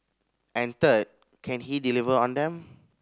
and third can he deliver on them